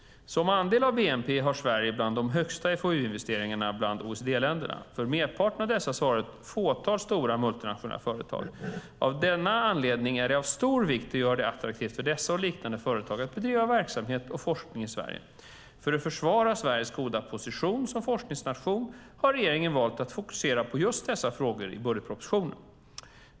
Som andel av bnp har Sverige bland de högsta FoU-investeringarna bland OECD-länderna. För merparten av dessa svarar ett fåtal stora multinationella företag. Av denna anledning är det av stor vikt att göra det attraktivt för dessa och liknande företag att bedriva verksamhet och forskning i Sverige. För att försvara Sveriges goda position som forskningsnation har regeringen valt att fokusera på just dessa frågor i budgetpropositionen.